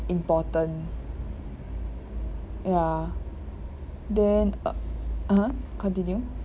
important ya then uh (uh huh) continue